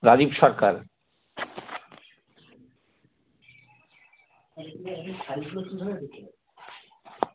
Rajib Sarkar